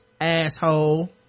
asshole